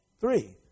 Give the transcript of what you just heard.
Three